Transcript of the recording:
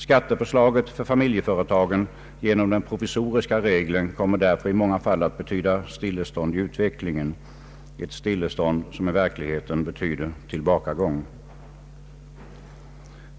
Skatteförslaget för familjeföretagen genom den provisoriska regeln kommer därför i många fall att betyda stillestånd i utvecklingen — ett stillestånd som i verkligheten betyder tillbakagång.